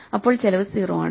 അപ്പോൾ ചെലവ് 0 ആണ്